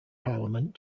parliament